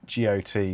GOT